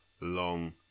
long